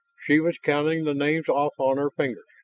she was counting the names off on her fingers.